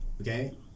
okay